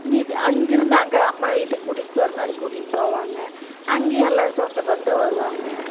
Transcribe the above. வீடு அங்கிருந்து அங்கே அம்மா வீட்டுக்கு கூட்டிகிட்டு போகிறமாரி கூட்டிகிட்டு போவாங்க அங்கையும் எல்லாம் சொந்தபந்தம் வருவாங்க